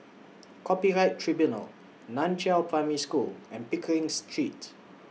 Copyright Tribunal NAN Chiau Primary School and Pickering Street